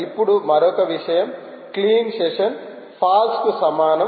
ఇప్పుడు మరొక విషయం క్లీన్ సెషన్ ఫాల్స్ కు సమానం